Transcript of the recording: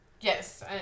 Yes